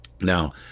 Now